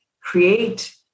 create